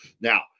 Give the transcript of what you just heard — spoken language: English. Now